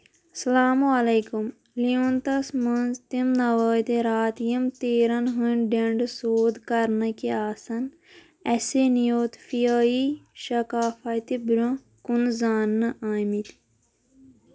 اَسلامُ علیکُم لیونٛتَس مَنٛز تِم نوٲدِرات یِم تیٖرن ۂند ڈٮ۪نڈٕ سیو٘د كرنٕكہِ آسن ٲسہِ نیتوفِیایی شقافتہٕ برونہہ كُن زانٛنہٕ آمٕتہِ